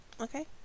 Okay